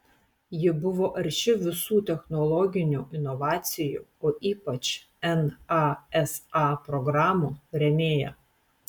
ji buvo arši visų technologinių inovacijų o ypač nasa programų rėmėja